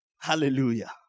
Hallelujah